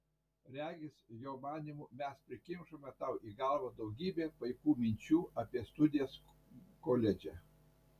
regis jo manymu mes prikimšome tau į galvą daugybę paikų minčių apie studijas koledže